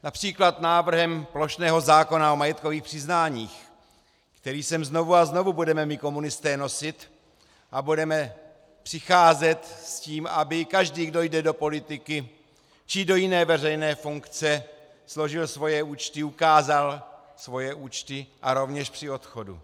Například návrhem plošného zákona o majetkových přiznáních, který sem znovu a znovu budeme my komunisté nosit, a budeme přicházet s tím, aby každý, kdo jde do politiky či do jiné veřejné funkce, složil svoje účty, ukázal svoje účty a rovněž při odchodu.